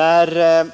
När